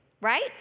right